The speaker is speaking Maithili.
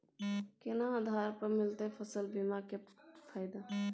केना आधार पर मिलतै फसल बीमा के फैदा?